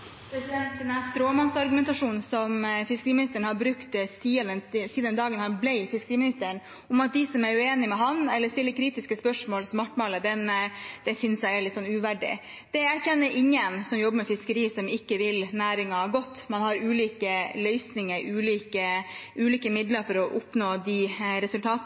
Den stråmannsargumentasjonen som fiskeriministeren har brukt siden den dagen han ble fiskeriminister, at når man sier seg uenig med ham eller stiller kritiske spørsmål, svartmaler man, synes jeg er uverdig. Jeg kjenner ingen som jobber med fiskeri, som ikke vil næringen godt, men man har ulike løsninger og ulike midler for å oppnå de resultatene